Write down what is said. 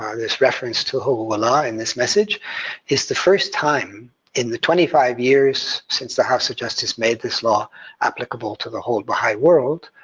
um this reference to huquq'u'llah in this message is the first time in the twenty five years since the house of justice made this law applicable to the whole baha'i world,